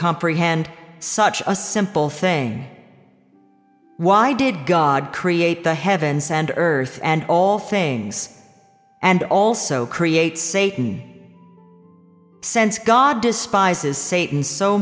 comprehend such a simple thing why did god create the heavens and earth and all things and also creates a can sense god despises satan so